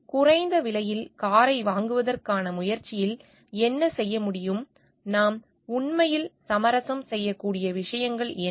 எனவே குறைந்த விலையில் காரை வழங்குவதற்கான முயற்சியில் என்ன செய்ய முடியும் நாம் உண்மையில் சமரசம் செய்யக்கூடிய விஷயங்கள் என்ன